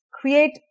create